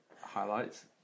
highlights